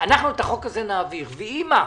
אנחנו את החוק הזה נעביר ויהי מה.